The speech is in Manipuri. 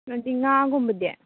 ꯀꯩꯅꯣꯗꯤ ꯉꯥꯒꯨꯝꯕꯗꯤ